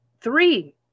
three